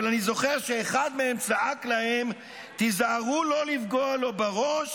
אבל אני זוכר שאחד מהם צעק להם 'תיזהרו לא לפגוע לו בראש,